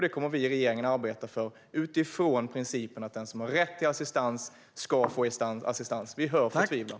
Det kommer vi i regeringen att arbeta för, utifrån principen att den som har rätt till assistans ska få assistans. Vi hör förtvivlan.